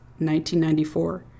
1994